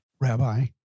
Rabbi